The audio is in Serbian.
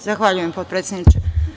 Zahvaljujem, potpredsedniče.